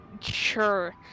sure